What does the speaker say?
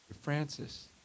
Francis